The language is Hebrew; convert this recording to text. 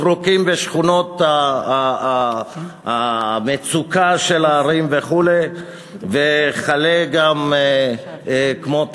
זרוקים בשכונות המצוקה של הערים וכו'; וכלה גם בטענות